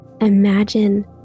imagine